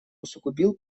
усугубил